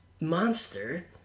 Monster